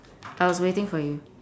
I was waiting for you